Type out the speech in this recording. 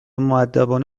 مودبانه